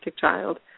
child